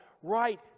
right